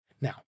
Now